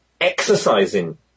exercising